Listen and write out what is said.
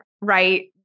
Right